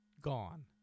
gone